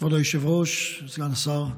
כבוד היושב-ראש, סגן השר,